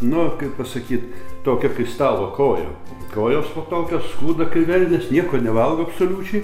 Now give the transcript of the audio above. nu kaip pasakyt tokia kai stalo kojo kojos tokios kūda kai velnias nieko nevalgo absoliučiai